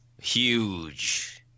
Huge